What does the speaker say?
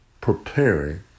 preparing